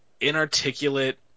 inarticulate